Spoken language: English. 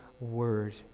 word